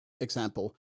example